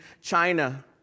China